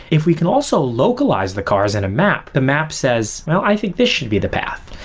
if we can also localize the cars in a map, the map says, i think this should be the path.